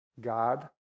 God